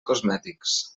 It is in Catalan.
cosmètics